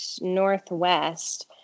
northwest